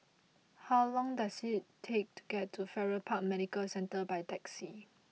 how long does it take to get to Farrer Park Medical Centre by taxi